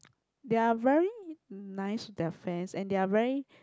they are very nice to their friends and they are very